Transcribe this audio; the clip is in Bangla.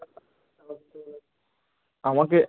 আমাকে